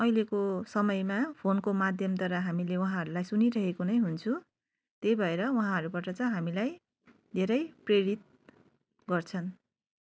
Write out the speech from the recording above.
अहिलेको समयमा फोनको माध्यमद्वारा हामीले उहाँहरूलाई सुनिरहेको नै हुन्छु त्यही भएर उहाँहरूबाट चाहिँ हामीलाई धेरै प्रेरित गर्छन्